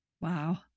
Wow